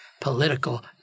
political